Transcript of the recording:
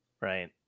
right